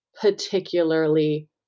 particularly